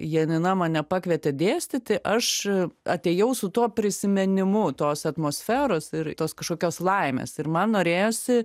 janina mane pakvietė dėstyti aš atėjau su tuo prisiminimu tos atmosferos ir tos kažkokios laimės ir man norėjosi